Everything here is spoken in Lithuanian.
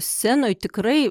scenoj tikrai